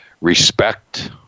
respect